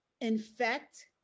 infect